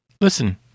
Listen